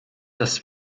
das